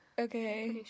Okay